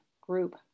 group